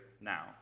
now